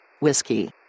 Whiskey